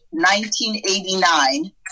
1989